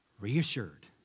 reassured